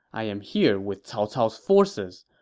i am here with cao cao's forces.